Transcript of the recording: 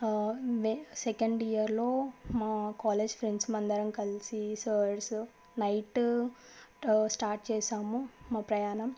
ఆ సెకండియర్లో మా కాలేజ్ ఫ్రెండ్స్ అందరం కలిసి సార్స్ నైట్ స్టార్ట్ చేశాము మా ప్రయాణం అక్కడ